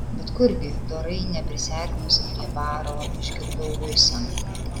bet kurgi dorai neprisiartinusi prie baro išgirdau luisą